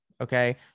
Okay